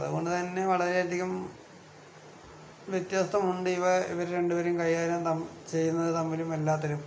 അതുകൊണ്ട് തന്നെ വളരെയധികം വ്യത്യസ്തമുണ്ട് ഇവ ഇവര് രണ്ട് പേര് കൈകാര്യം തം ചെയ്യുന്നത് തമ്മിലും എല്ലാത്തിലും